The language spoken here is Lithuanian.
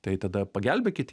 tai tada pagelbėkit